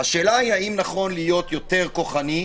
השאלה היא האם נכון להיות יותר כוחני,